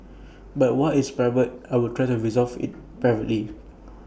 but what is private I will try to resolve privately